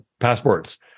Passports